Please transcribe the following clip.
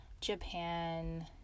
Japan